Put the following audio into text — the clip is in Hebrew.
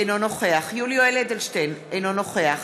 אינו נוכח יולי יואל אדלשטיין, אינו נוכח